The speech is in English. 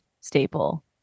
staple